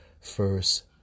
first